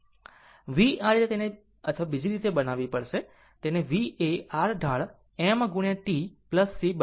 v આ રીતે તેને અથવા બીજી રીતે બનાવવી પડશે તેને V એ r ઢાળ m t C બરાબર બનાવવો પડશે